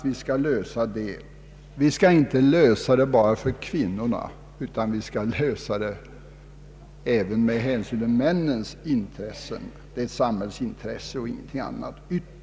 Vi skall inte lösa problemet bara för kvinnorna, utan även med hänsyn till männen; detta är ytterst ett samhällsintresse och ingenting annat.